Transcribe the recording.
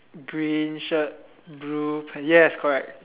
green shirt blue pants yes correct